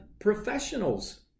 professionals